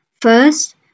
first